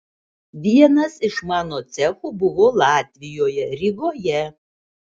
vienas iš mano cechų buvo latvijoje rygoje